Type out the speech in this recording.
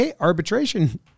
arbitration